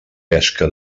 pesca